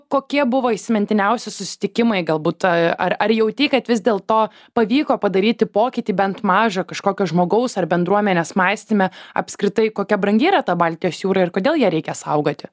kokie buvo įsimintiniausi susitikimai galbūt ar ar jautei kad vis dėl to pavyko padaryti pokytį bent mažą kažkokio žmogaus ar bendruomenės mąstyme apskritai kokia brangi yra ta baltijos jūra ir kodėl ją reikia saugoti